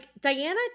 Diana